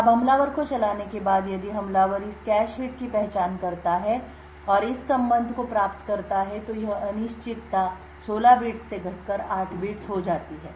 अब हमलावर को चलाने के बाद यदि हमलावर इस कैश हिट की पहचान करता है और इस संबंध को प्राप्त करता है तो यह अनिश्चितता 16 बिट्स से घटकर 8 बिट्स हो जाती है